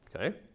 Okay